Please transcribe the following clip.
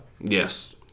Yes